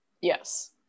Yes